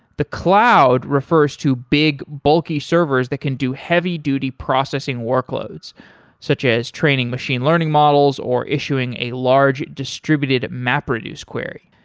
the cloud refers to big bulky servers that can do heavy duty processing workloads such as training machine learning models or issuing a large distributed map reduce query.